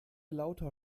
lauter